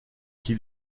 qui